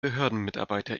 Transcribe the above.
behördenmitarbeiter